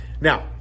Now